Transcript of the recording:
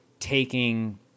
Taking